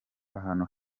ahantu